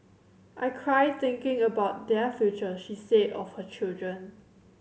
I cry thinking about their future she said of her children